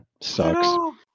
sucks